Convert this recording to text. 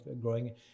growing